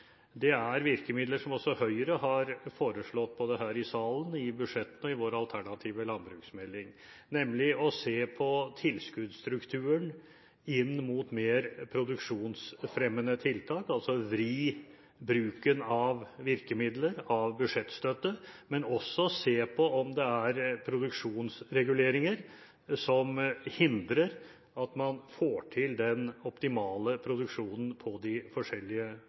er virkemidler som også Høyre har foreslått, både her i salen, i budsjettforslagene og i vår alternative landbruksmelding, nemlig å se på tilskuddsstrukturen inn mot mer produksjonsfremmende tiltak – altså å vri bruken av virkemidler, av budsjettstøtte – men også å se på om det er produksjonsreguleringer som hindrer at man får til den optimale produksjonen på de forskjellige